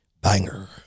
banger